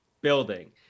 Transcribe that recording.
building